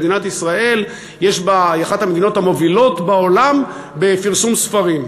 מדינת ישראל היא אחת המדינות המובילות בעולם בפרסום ספרים.